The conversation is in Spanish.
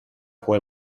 fue